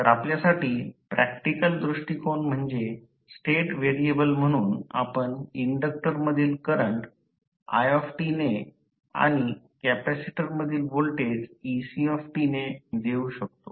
तर आपल्यासाठी प्रॅक्टिकल दृष्टिकोन म्हणजे स्टेट व्हेरिएबल्स म्हणून आपण इन्डक्टर मधील करंट i ने आणि कपॅसिटर मधील व्होल्टेज ec ने देऊ शकतो